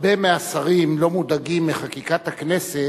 הרבה מהשרים לא מודאגים מחקיקת הכנסת,